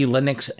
Linux